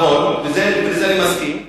נכון, לזה אני מסכים.